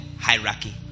hierarchy